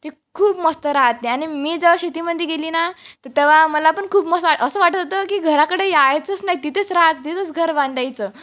ते खूप मस्त राहते आणि मी जेव्हा शेतीमध्ये गेली ना तर तेव्हा मला पण खूप मस्त असं वाटत होतं की घराकडे यायचंच नाही तिथेच राहत तिथंच घर बांधायचं